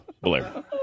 Blair